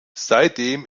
seitdem